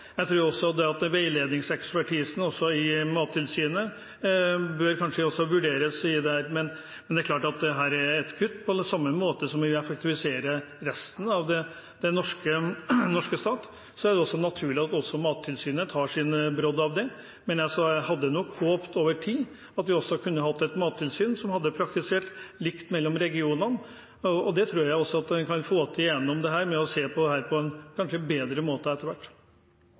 Jeg tror også at veiledningsekspertisen i Mattilsynet bør vurderes i dette. Men det er klart at dette er et kutt. På samme måte som vi effektiviserer resten av den norske staten, er det naturlig at også Mattilsynet tar sin del. Men jeg hadde nok håpet at vi over tid også kunne hatt et mattilsyn som hadde praktisert likt i de ulike regionene. Det tror jeg at en kan få til gjennom å se på dette på en bedre måte etter hvert.